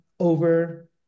over